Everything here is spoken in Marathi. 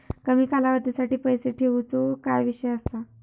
कमी कालावधीसाठी पैसे ठेऊचो काय विषय असा?